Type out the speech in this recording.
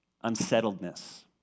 unsettledness